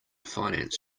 finance